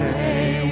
day